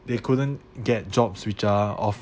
they couldn't get jobs which are of